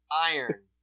iron